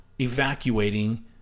evacuating